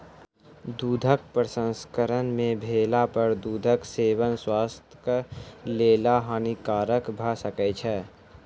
दूधक प्रसंस्करण नै भेला पर दूधक सेवन स्वास्थ्यक लेल हानिकारक भ सकै छै